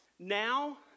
Now